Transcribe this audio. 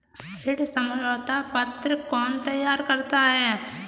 ऋण समझौता पत्र कौन तैयार करता है?